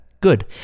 Good